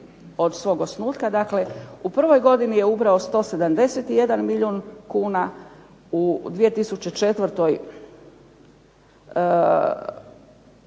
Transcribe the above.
od svog osnutka dakle u prvoj godini je ubrao 171 milijun kuna, u 2004.